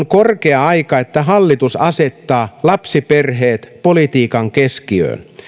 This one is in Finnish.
korkea aika että hallitus asettaa lapsiperheet politiikan keskiöön